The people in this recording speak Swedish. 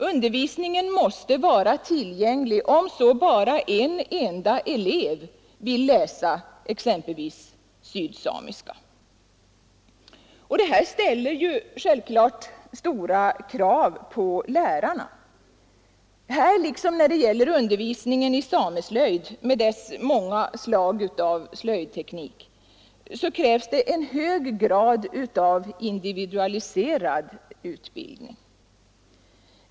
Undervisningen måste vara tillgänglig om så bara en enda elev vill läsa exempelvis sydsamiska. Detta ställer självfallet stora krav på lärarna. Här, liksom när det gäller undervisningen i sameslöjd med dess många slag av slöjdteknik, krävs en hög grad av individualiserad utbildning.